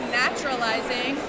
naturalizing